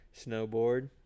snowboard